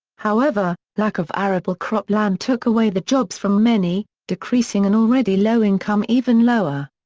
however, lack of arable crop land took away the jobs from many, decreasing an already low income even lower.